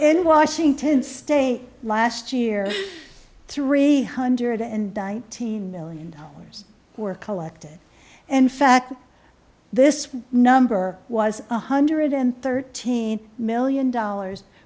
in washington state last year three hundred and nineteen million dollars were collected and fact this number was one hundred thirteen million dollars